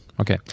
Okay